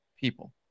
people